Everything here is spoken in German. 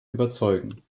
überzeugen